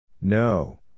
No